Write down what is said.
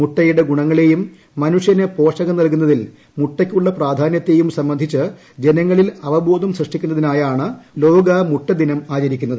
മുട്ടയുടെ ഗുണങ്ങളേയും മനുഷ്യന് പോഷകം നൽകുന്നതിൽ മുട്ടയ്ക്കുള്ള പ്രാധാന്യത്തെയും സംബന്ധിച്ച് ജനങ്ങളിൽ അവബോധം സൃഷ്ടിക്കുന്നതിനായാണ് ലോക മുട്ട ദിനം ആചരിക്കുന്നത്